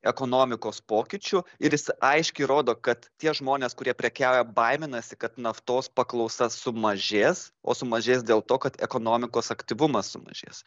ekonomikos pokyčių ir jis aiškiai rodo kad tie žmonės kurie prekiauja baiminasi kad naftos paklausa sumažės o sumažės dėl to kad ekonomikos aktyvumas sumažės